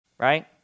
right